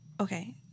Okay